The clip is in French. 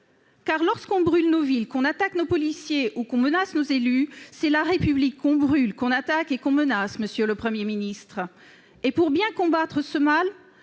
Lorsqu'on brûle nos villes, qu'on attaque nos policiers ou qu'on menace nos élus, c'est la République qu'on brûle, qu'on attaque et qu'on menace, monsieur le Premier ministre. Or, pour bien combattre ce mal,